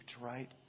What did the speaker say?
right